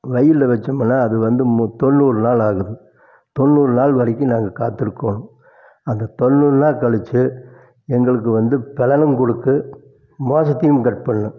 வயல்ல வச்சோமுன்னா அது வந்து தொண்ணூறு நாள் ஆகுது தொண்ணூறு நாள் வரைக்கும் நாங்கள் காத்திருக்கோம் அந்த தொண்ணூறு நாள் கழித்து எங்களுக்கு வந்து பலனும் கொடுத்து மோசத்தையும் கட் பண்ணும்